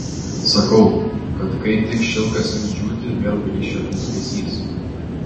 sakau kad kai tik šilkas ims džiūti vėl grįš jo blizgesys